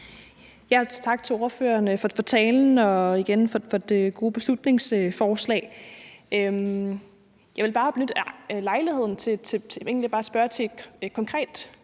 Tak til ordføreren for talen og igen for det gode beslutningsforslag. Jeg vil bare benytte lejligheden til egentlig